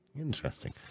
Interesting